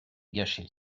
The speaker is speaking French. gâché